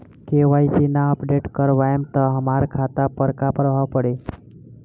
KYC ना update करवाएम त हमार खाता पर का प्रभाव पड़ी?